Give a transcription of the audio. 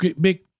big